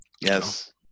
Yes